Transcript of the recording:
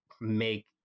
make